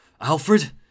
Alfred